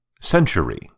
Century